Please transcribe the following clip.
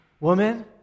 woman